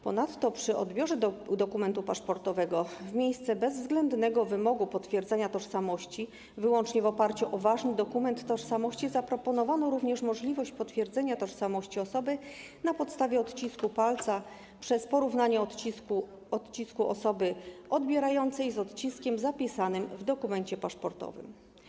Ponadto przy odbiorze dokumentu paszportowego w miejsce bezwzględnego wymogu potwierdzania tożsamości wyłącznie w oparciu o ważny dokument tożsamości zaproponowano również możliwość potwierdzenia tożsamości osoby na podstawie odcisku palca przez porównanie odcisku osoby odbierającej z odciskiem zapisanym w dokumencie paszportowym.